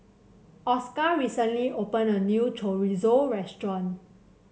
Oscar recently opened a new Chorizo restaurant